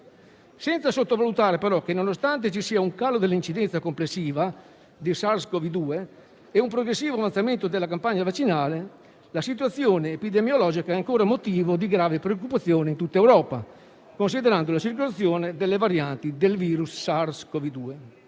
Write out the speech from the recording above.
senza sottovalutare però che, nonostante ci sia un calo dell'incidenza complessiva di SARS-Cov-2 e un progressivo avanzamento della campagna vaccinale, la situazione epidemiologica è ancora motivo di grave preoccupazione in tutta Europa, considerando la situazione delle varianti del virus SARS-Cov-2.